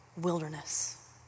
wilderness